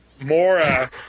Mora